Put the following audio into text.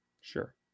Sure